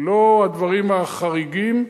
היא לא הדברים החריגים,